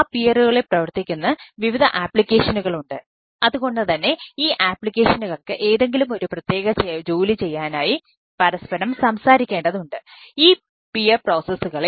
peer പ്രോസസ്സുകളെ